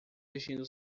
vestindo